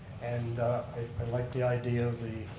and i like the idea of the